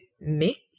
make